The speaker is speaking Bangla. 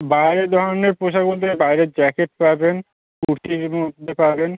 বাইরের ধরণের পোশাক বলতে বাইরের জ্যাকেট পাবেন কুর্তির মধ্যে পাবেন